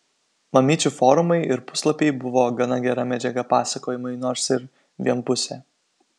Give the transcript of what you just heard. mamyčių forumai ir puslapiai buvo gana gera medžiaga pasakojimui nors ir vienpusė